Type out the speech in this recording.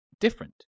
different